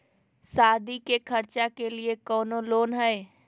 सादी के खर्चा के लिए कौनो लोन है?